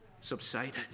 subsided